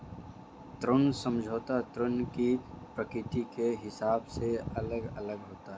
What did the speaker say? ऋण समझौता ऋण की प्रकृति के हिसाब से अलग अलग होता है